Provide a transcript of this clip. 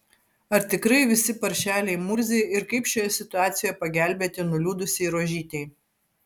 ar tikrai visi paršeliai murziai ir kaip šioje situacijoje pagelbėti nuliūdusiai rožytei